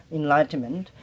enlightenment